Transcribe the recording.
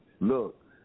Look